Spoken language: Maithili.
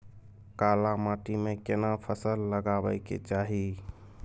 काला माटी में केना फसल लगाबै के चाही?